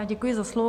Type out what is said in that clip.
Děkuji za slovo.